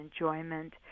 enjoyment